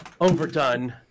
Overdone